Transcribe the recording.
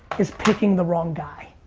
is picking the wrong guy,